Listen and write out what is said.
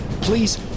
please